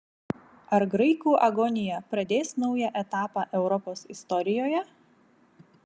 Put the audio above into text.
ar graikų agonija pradės naują etapą europos istorijoje